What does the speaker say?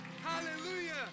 Hallelujah